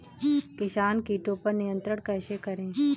किसान कीटो पर नियंत्रण कैसे करें?